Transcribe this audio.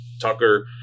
Tucker